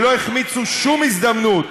שלא החמיצו שום הזדמנות,